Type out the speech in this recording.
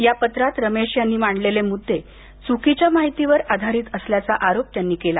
या पत्रात रमेश यांनी मांडलेले मुद्दे चुकीच्या माहितीवर आधारित असल्याचा आरोप त्यांनी केला